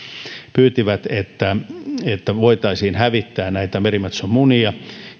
pyysivät että että voitaisiin hävittää näitä merimetson munia